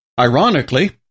Ironically